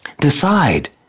decide